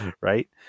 Right